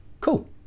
Cool